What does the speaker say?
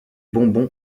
bonbons